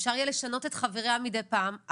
אפשר יהיה לשנות את חבריה מדי פעם,